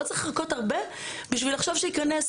לא צריך לחכות הרבה בשביל לחשוב שיקרה נס,